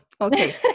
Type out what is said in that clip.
okay